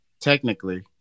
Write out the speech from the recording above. Technically